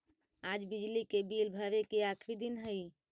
आज बिजली के बिल भरे के आखिरी दिन हई